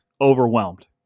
overwhelmed